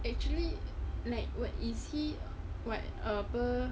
actually like what is he what err apa